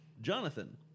Jonathan